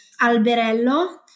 Alberello